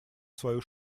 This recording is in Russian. свою